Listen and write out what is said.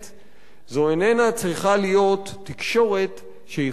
זו איננה יכולה להיות תקשורת שיכולה למלא